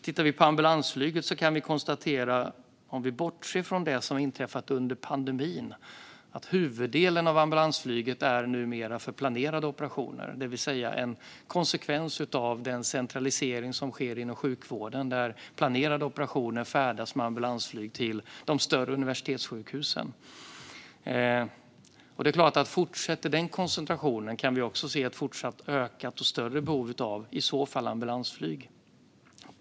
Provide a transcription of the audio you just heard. Tittar vi på ambulansflyget kan vi konstatera - om vi bortser från det som inträffat under pandemin - att huvuddelen av ambulansflyget numera är till för planerade operationer. Det är en konsekvens av den centralisering som sker inom sjukvården, där patienter färdas med ambulansflyg till planerade operationer på de större universitetssjukhusen. Det är klart att om den koncentrationen fortsätter kan vi också se ett fortsatt ökande behov av ambulansflyg.